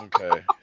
Okay